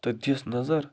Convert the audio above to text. تہٕ دِژ نظر